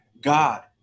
God